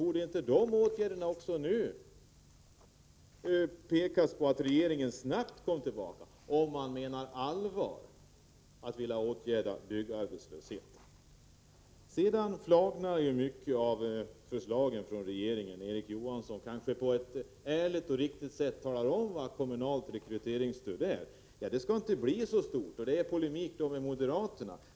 Borde man inte begära att regeringen snabbt föreslår åtgärder, om man menar allvar med att vilja åtgärda byggarbetslösheten? Regeringens förslag flagnar betydligt när Erik Johansson på ett kanske ärligt och uppriktigt sätt talar om vad kommunalt rekryteringsstöd innebär. I polemik med moderaterna säger han att det inte skall bli så stort.